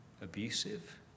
abusive